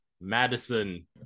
Madison